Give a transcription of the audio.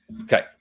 Okay